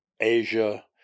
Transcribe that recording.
Asia